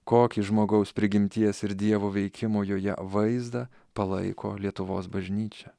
kokį žmogaus prigimties ir dievo veikimo joje vaizdą palaiko lietuvos bažnyčia